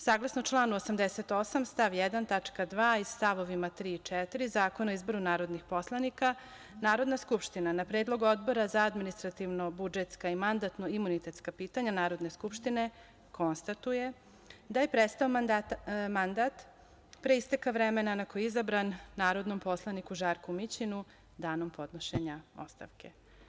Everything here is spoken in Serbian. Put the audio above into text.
Saglasno članu 88. stav 1. tačka 2) i stavovima 3. i 4. Zakona o izboru narodnih poslanika, Narodna skupština na predlog Odbora za administrativno-budžetska i mandatno-imunitetska pitanja Narodne skupštine, konstatuje da je prestao mandat, pre isteka vremena na koje je izabran, narodnom poslaniku Žarku Mićinu danom podnošenja ostavke.